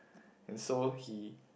and so he